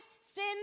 Sin